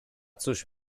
cóż